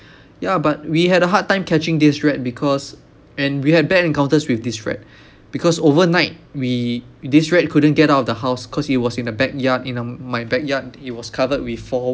ya but we had a hard time catching this rat because and we had bad encounters with this rat because overnight we this rat couldn't get out of the house cause he was in the backyard in um my backyard it was covered with four